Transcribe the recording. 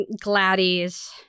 Gladys